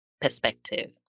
perspective